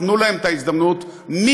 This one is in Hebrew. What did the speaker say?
תנו להם את ההזדמנות מההתחלה,